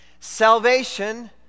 Salvation